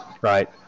right